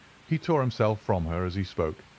he tore himself from her as he spoke,